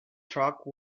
truck